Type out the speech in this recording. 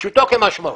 פשוטו כמשמעו.